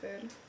food